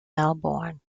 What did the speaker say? melbourne